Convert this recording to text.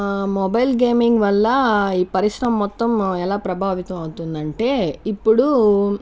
mobile gaming వల్ల ఈ పరిశ్రమ మొత్తం ఎలా ప్రభావితం అవుతుందంటే ఇప్పుడు